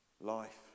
Life